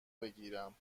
بگیرم